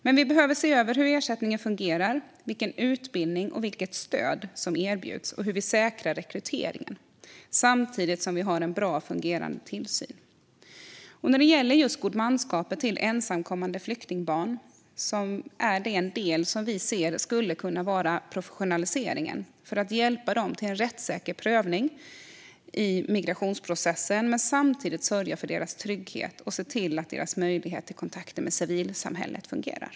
Men vi behöver se över hur ersättningen fungerar, vilken utbildning och vilket stöd som erbjuds och hur vi säkrar rekryteringen samtidigt som vi har en bra, fungerande tillsyn. Just godmanskap till ensamkommande flyktingbarn är en del som enligt oss skulle kunna professionaliseras, för att man ska kunna hjälpa dem till en rättssäker prövning i migrationsprocessen men samtidigt sörja för deras trygghet och se till att deras möjlighet till kontakter med civilsamhället fungerar.